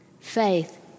Faith